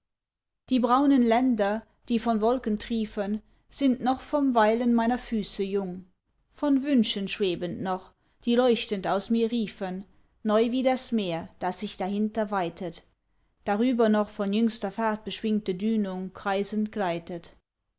die braunen länder die von wolken triefen sind noch vom weilen meiner füße jung von wünschen schwebend noch die leuchtend aus mir riefen neu wie das meer das sich dahinter weitet darüber noch von jüngster fahrt beschwingte dünung kreisend gleitet